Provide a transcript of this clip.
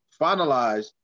finalized